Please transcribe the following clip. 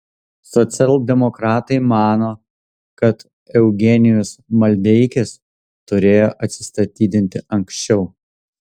socialdemokratai mano kad eugenijus maldeikis turėjo atsistatydinti anksčiau